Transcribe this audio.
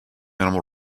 animal